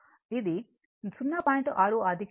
6 ఆధిక్యంలో ఉంది